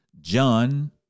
John